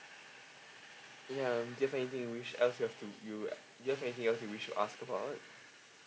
ya do you have anything wish ask us to do do you have anything else you wish to ask about